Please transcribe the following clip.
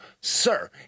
sir